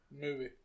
movie